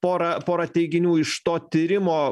pora pora teiginių iš to tyrimo